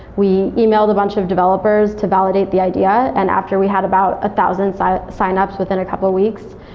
we yeah e-mailed a bunch of developers to validate the idea. and after we had about a thousand so signups within a couple of weeks,